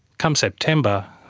come september,